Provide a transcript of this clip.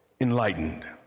enlightened